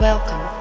Welcome